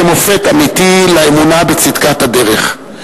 כמופת אמיתי לאמונה בצדקת הדרך.